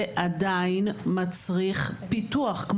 זה עדיין מצריך פיתוח.